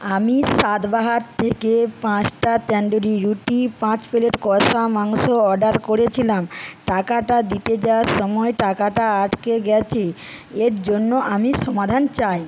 আমি স্বাদবাহার থেকে পাঁচটা তন্দুরি রুটি পাঁচ প্লেট কষা মাংস অর্ডার করেছিলাম টাকাটা দিতে যাওয়ার সময়ে টাকাটা আটকে গেছে এর জন্য আমি সমাধান চাই